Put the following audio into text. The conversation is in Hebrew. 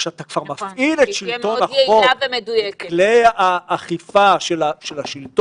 כשאתה כבר מפעיל את שלטון החוק וכלי האכיפה של השלטון,